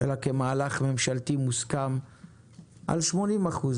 אלא כמהלך ממשלתי מוסכם על 80 אחוז,